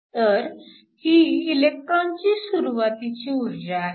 तर ही इलेक्ट्रॉनची सुरुवातीची ऊर्जा आहे